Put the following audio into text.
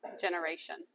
generation